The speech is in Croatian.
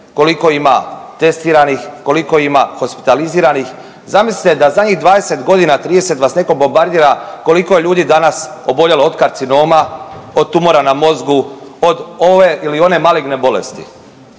koliko ima testiranih, koliko ima hospitaliziranih. Zamislite da zadnjih 20 godina 30 vas netko bombardira koliko je ljudi danas oboljelo od karcinoma, od tumora na mozgu, od ove ili one maligne bolesti.